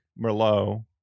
Merlot